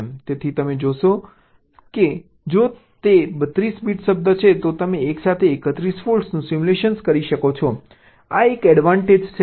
તેથી તમે જોશો કે જો તે 32 બીટ શબ્દ છે તો તમે એકસાથે 31 ફોલ્ટ્સનું સિમ્યુલેટ કરી શકો છો આ એક એડવાન્ટેજ છે